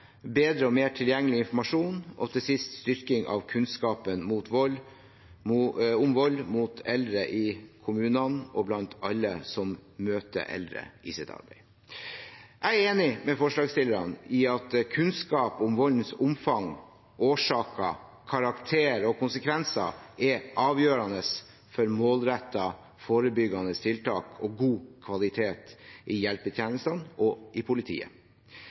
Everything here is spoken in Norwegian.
bedre og mer tilgjengelig informasjon og til sist styrking av kunnskap om vold mot eldre i kommunene og blant alle som møter eldre i sitt arbeid. Jeg er enig med forslagsstillerne i at kunnskap om voldens omfang, årsaker, karakter og konsekvenser er avgjørende for målrettede forebyggende tiltak og god kvalitet i hjelpetjenestene og i politiet.